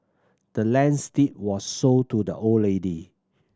the land's deed was sold to the old lady